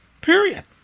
Period